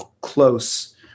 close